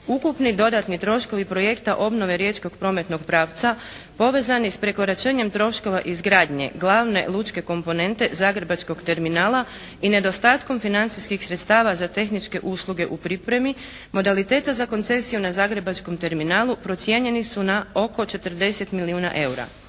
Ukupni dodatni troškovi projekta obnove riječkog prometnog pravca povezani s prekoračenjem troškova izgradnje glavne lučke komponente zagrebačkog terminala i nedostatkom financijskih sredstava za tehničke usluge u pripremi, modaliteta za koncesiju na zagrebačkom terminalu procijenjeni su na oko 40 milijuna eura.